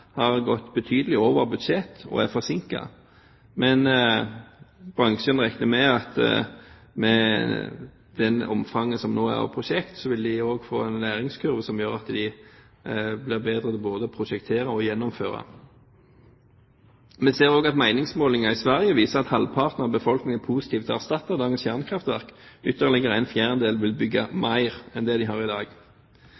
har gått betydelig over budsjett og er forsinket, men bransjen regner med at med det omfanget som nå er av prosjekter, vil de også få en læringskurve som gjør at de blir bedre til både å prosjektere og gjennomføre. Vi ser også at meningsmålinger i Sverige viser at halvparten av befolkningen er positiv til å erstatte dagens kjernekraftverk, ytterligere en fjerdedel vil bygge